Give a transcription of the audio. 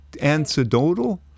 anecdotal